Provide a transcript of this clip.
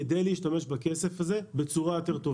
כדי להשתמש בכסף הזה בצורה טובה יותר.